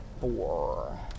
four